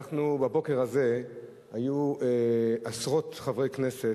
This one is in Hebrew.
בבוקר הזה היו עשרות חברי כנסת,